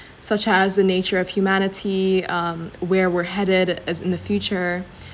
such as the nature of humanity um where we're headed as in the future